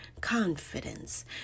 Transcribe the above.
confidence